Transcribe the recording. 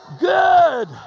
Good